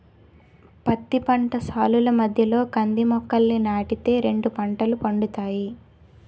పత్తి పంట సాలుల మధ్యలో కంది మొక్కలని నాటి తే రెండు పంటలు పండుతాయి